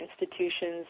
institutions